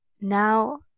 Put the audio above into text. Now